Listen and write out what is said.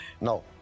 no